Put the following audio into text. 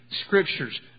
scriptures